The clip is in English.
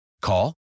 Call